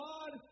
God